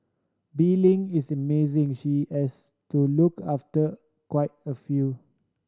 Bee Ling is amazing she has to look after quite a few